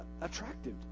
attractive